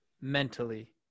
mentally